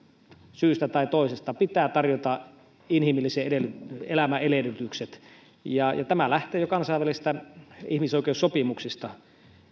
syystä tai toisesta pitää tarjota inhimillisen elämän edellytykset tämä lähtee jo kansainvälisistä ihmisoikeussopimuksista